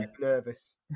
nervous